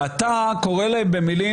ואתה קורא להם במילים,